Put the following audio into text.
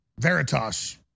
Veritas